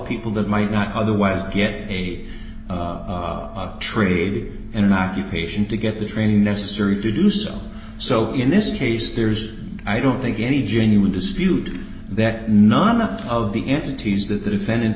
people that might not otherwise get a trade in an occupation to get the training necessary to do so so in this case there's i don't think any genuine dispute that not enough of the entities that the defendant